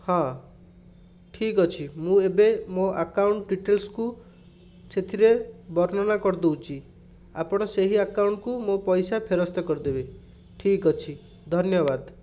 ହଁ ଠିକ୍ ଅଛି ମୁଁ ଏବେ ମୋ ଆକାଉଣ୍ଟ ଡ଼ିଟେଲସ୍ କୁ ସେଥିରେ ବର୍ଣ୍ଣନା କରିଦେଉଛି ଆପଣ ସେହି ଆକାଉଣ୍ଟକୁ ମୋ ପଇସା ଫେରସ୍ତ କରିଦେବେ ଠିକ୍ ଅଛି ଧନ୍ୟବାଦ